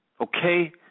okay